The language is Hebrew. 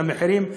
והמחירים,